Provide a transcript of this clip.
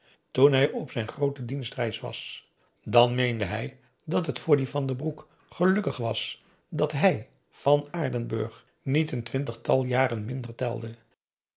toen hij op zijn groote dienstreis was dan meende hij dat t voor dien van den broek gelukkig was dat hij van aardenburg niet n twintigtal jaren minder telde